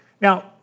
Now